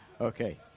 Okay